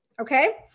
okay